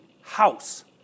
house